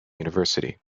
university